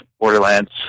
borderlands